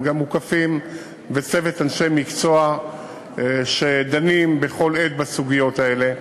הם גם מוקפים בצוות אנשי מקצוע שדנים בכל עת בסוגיות האלה,